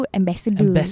ambassador